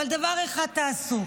אבל דבר אחד תעשו,